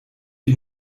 wie